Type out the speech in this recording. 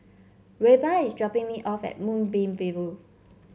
Reba is dropping me off at Moonbeam View